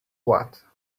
what